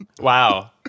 Wow